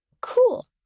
Cool